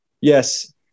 Yes